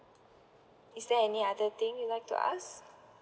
is there any other thing you like to ask